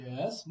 Yes